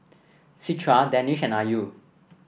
Citra Danish and Ayu